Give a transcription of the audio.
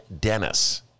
Dennis